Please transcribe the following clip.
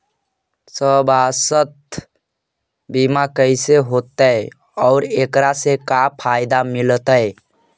सवासथ बिमा कैसे होतै, और एकरा से का फायदा मिलतै?